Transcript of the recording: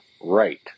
Right